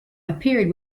appeared